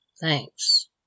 Thanks